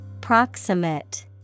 Proximate